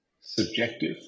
subjective